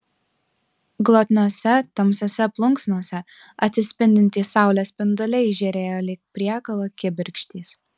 glotniose tamsiose plunksnose atsispindintys saulės spinduliai žėrėjo lyg priekalo kibirkštys